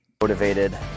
Motivated